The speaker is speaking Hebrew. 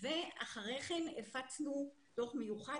ואחרי כן הפצנו דוח מיוחד,